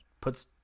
puts